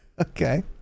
Okay